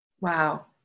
Wow